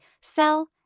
sell